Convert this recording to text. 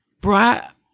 brought